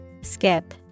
Skip